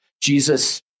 Jesus